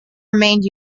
remained